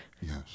yes